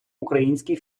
українські